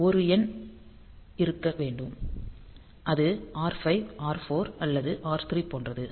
ஒரு எண் இருக்க வேண்டும் அது R5 R4 அல்லது R3 போன்றது